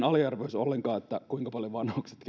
aliarvioisi ollenkaan sitä kuinka paljon vanhukset